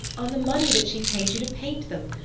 on the money that she paid you to paint them.